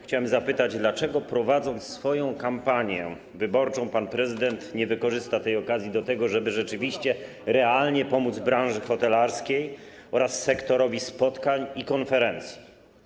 Chciałem zapytać: Dlaczego, prowadząc swoją kampanię wyborczą, pan prezydent nie wykorzysta tej okazji do tego, żeby rzeczywiście realnie pomóc branży hotelarskiej oraz sektorowi spotkań i konferencji?